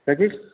क्या चीज़